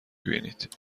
بینید